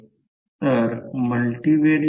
आणि इथे देखील हे 2 सेंटीमीटर आहे